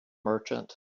merchant